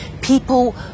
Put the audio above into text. People